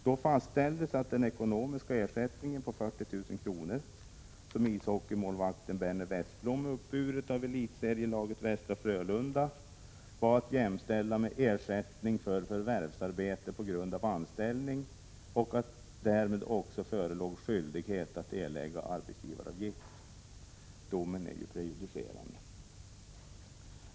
Då fastställdes att den ekonomiska ersättningen på 40 000 kr., som ishockeymålvakten Benny Westblom uppburit av elitserielaget Västra Frölunda, var att jämställa med ersättning för förvärvsarbete på grund av anställning, och att därmed också förelåg skyldighet att erlägga arbetsgivaravgift. Domen är prejudicerande.